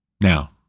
Now